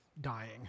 dying